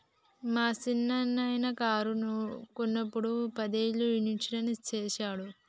మా సిన్ననాయిన కారు కొన్నప్పుడు పదేళ్ళ ఇన్సూరెన్స్ సేసిండు